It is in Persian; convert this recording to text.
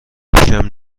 پیشم